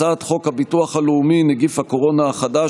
הצעת חוק הביטוח הלאומי (נגיף הקורונה החדש,